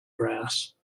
brass